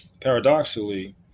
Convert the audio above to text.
Paradoxically